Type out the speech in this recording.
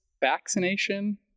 vaccination